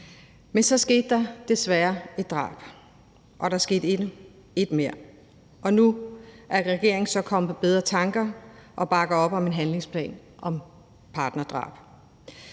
Men så skete der desværre et drab, og der skete et mere, og nu er regeringen så kommet på bedre tanker og bakker op om en handlingsplan om partnerdrab.